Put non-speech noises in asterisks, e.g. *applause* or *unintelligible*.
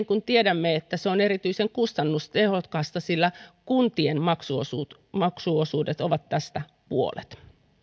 *unintelligible* kun tiedämme että se on erityisen kustannustehokasta sillä kuntien maksuosuudet maksuosuudet ovat tästä puolet